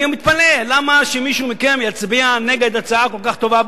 אני מתפלא למה שמישהו מכם יצביע נגד הצעה כל כך טובה,